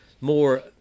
more